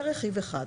זה רכיב אחד.